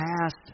past